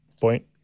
point